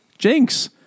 jinx